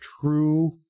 true